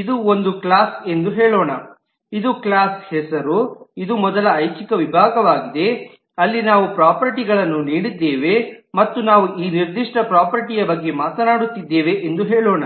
ಇದು ಒಂದು ಕ್ಲಾಸ್ ಎಂದು ಹೇಳೋಣ ಇದು ಕ್ಲಾಸ್ ಹೆಸರು ಇದು ಮೊದಲ ಐಚ್ಛಿಕ ವಿಭಾಗವಾಗಿದೆ ಅಲ್ಲಿ ನಾವು ಪ್ರಾಪರ್ಟೀಗಳನ್ನು ನೀಡಿದ್ದೇವೆ ಮತ್ತು ನಾವು ಈ ನಿರ್ದಿಷ್ಟ ಪ್ರಾಪರ್ಟೀಯ ಬಗ್ಗೆ ಮಾತನಾಡುತ್ತಿದ್ದೇವೆ ಎಂದು ಹೇಳೋಣ